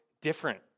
different